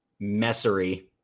messery